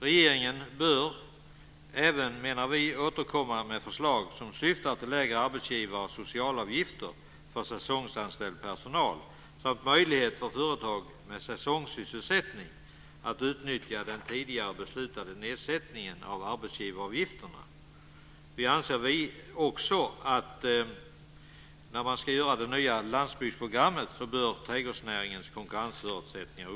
Regeringen bör även, menar vi, återkomma med förslag som syftar till lägre arbetsgivar och socialavgifter för säsongsanställd personal samt möjlighet för företag med säsongssysselsättning att utnyttja den tidigare beslutade nedsättningen av arbetsgivaravgifterna. Vi anser också att man när man ska utarbeta det nya landsbygdsprogrammet bör uppmärksamma trädgårdsnäringens konkurrensförutsättningar.